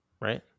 Right